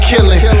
Killing